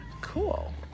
Cool